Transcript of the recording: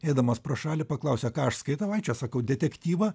eidamas pro šalį paklausė ką aš skaitau ai čia sakau detektyvą